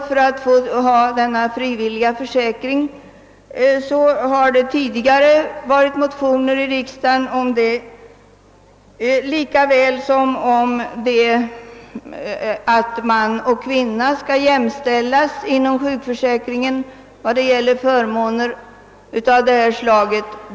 Motioner i sistnämnda syfte har tidigare: behandlats av riksdagen. Detta gäller även förslaget att man och kvinna skall jämställas inom sjukpenningförsäkringen när det gäller förmåner av detta slag.